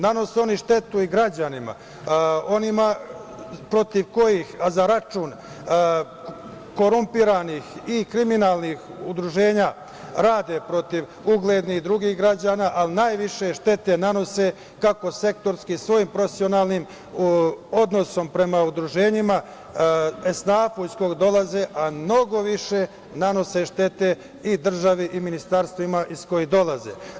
Nanose oni štetu i građanima, onima protiv kojih, a za račun korumpiranih i kriminalnih udruženja rade protiv uglednih drugih građana, ali najviše štete nanose kako sektorski svojim profesionalnim odnosom prema udruženjima, esnafu iz koga dolaze, a mnogo više nanose štete i državi i ministarstvima iz kojih dolaze.